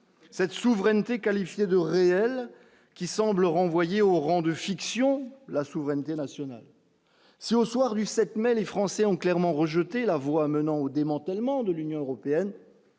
cette souveraineté qualifiée de réelles qui semble renvoyer au rang de fiction, la souveraineté nationale si on au soir du 7 mai les Français ont clairement rejeté la voie menant au démantèlement de l'Union européenne,